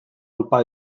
opa